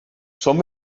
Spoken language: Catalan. són